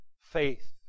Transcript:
faith